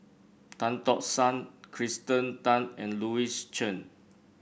Tan Tock San Kirsten Tan and Louis Chen